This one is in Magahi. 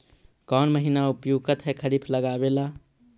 कौन महीना उपयुकत है खरिफ लगावे ला?